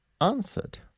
answered